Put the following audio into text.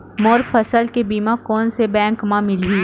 मोर फसल के बीमा कोन से बैंक म मिलही?